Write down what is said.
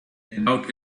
about